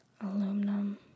Aluminum